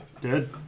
Dead